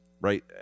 right